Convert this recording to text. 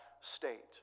state